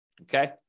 okay